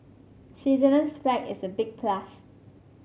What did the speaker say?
Switzerland's flag is a big plus